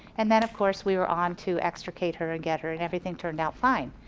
and then of course we were on to extricate her, and get her, and everything turned out fine.